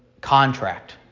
contract